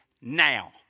now